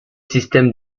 systèmes